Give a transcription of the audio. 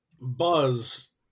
Buzz